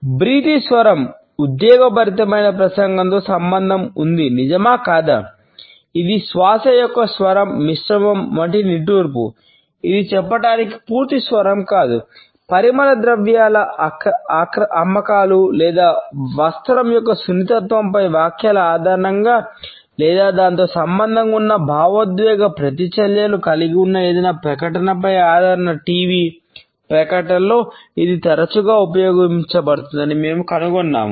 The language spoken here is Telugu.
బ్రీతి ప్రకటనలలో ఇది తరచుగా ఉపయోగించబడుతుందని మేము కనుగొన్నాము